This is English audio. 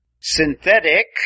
Synthetic